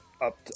up